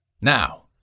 Now